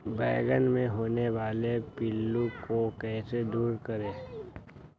बैंगन मे होने वाले पिल्लू को कैसे दूर करें?